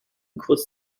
kurz